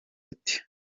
ati